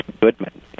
Goodman